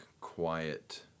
quiet